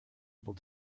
able